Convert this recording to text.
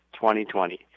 2020